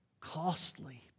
costly